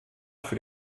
für